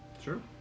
Sure